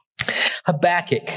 Habakkuk